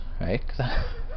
right